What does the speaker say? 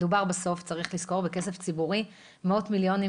צריך לזכור שמדובר בסוף בכסף ציבורי - מאות מיליוני